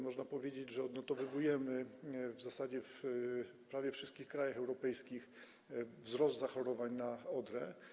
Można powiedzieć, że odnotowujemy w zasadzie w prawie wszystkich krajach europejskich wzrost liczby zachorowań na odrę.